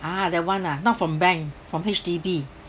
ah that one ah not from bank from H_D_B